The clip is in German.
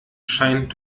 scheint